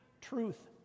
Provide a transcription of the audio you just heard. truth